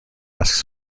asks